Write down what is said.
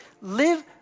live